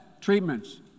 treatments